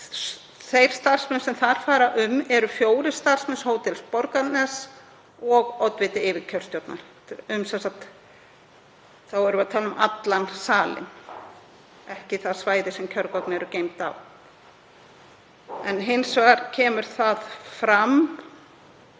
Þeir starfsmenn sem þar fara um eru fjórir starfsmenn Hótels Borgarness og oddvita yfirkjörstjórnar, þá erum við sem sagt að tala um allan salinn, ekki það svæði sem kjörgögn eru geymd á. Hins vegar kemur það fram